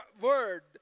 word